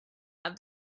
have